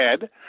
head